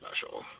special